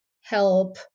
help